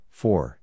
four